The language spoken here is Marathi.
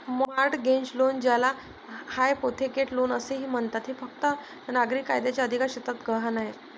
मॉर्टगेज लोन, ज्याला हायपोथेकेट लोन असेही म्हणतात, हे फक्त नागरी कायद्याच्या अधिकारक्षेत्रात गहाण आहे